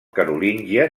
carolíngia